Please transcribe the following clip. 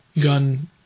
gun